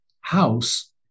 House